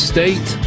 State